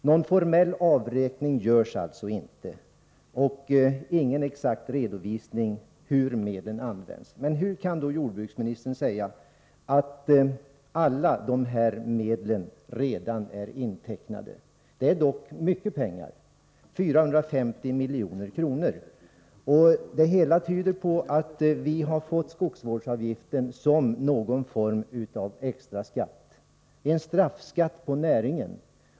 Någon formell avräkning görs alltså inte, och inte heller ges någon exakt redovisning av hur medlen används. Hur kan då jordbruksministern säga att alla medlen redan är intecknade? Det handlar om mycket pengar, 450-460 milj.kr. Det hela tyder på att vi har fått skogsvårdsavgiften som någon form av extraskatt, som en straffskatt på näringen.